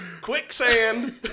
Quicksand